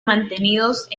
mantenidos